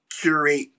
curate